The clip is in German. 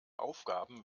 aufgaben